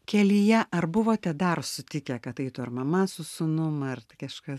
kelyje ar buvote dar sutikę kad eitų ar mama su sūnum ar kažkas